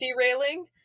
derailing